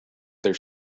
their